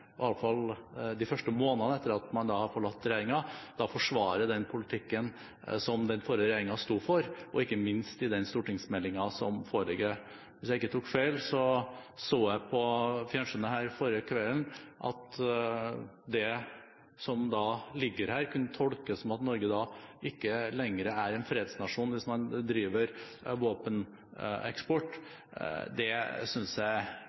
de første månedene etter at man har forlatt regjeringen – og forsvarer den politikken som den forrige regjeringen sto for, og ikke minst den stortingsmeldingen som foreligger. Hvis jeg ikke tar feil, så jeg på fjernsynet forrige kvelden at det som ligger her, kunne tolkes som at Norge ikke lenger er en fredsnasjon hvis man driver våpeneksport. Det synes jeg